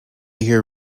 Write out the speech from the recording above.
hear